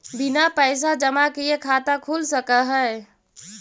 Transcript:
बिना पैसा जमा किए खाता खुल सक है?